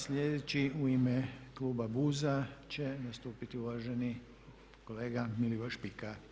Sljedeći u ime kluba BUZ-a će nastupiti uvaženi kolega Milivo Špika.